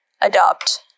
adopt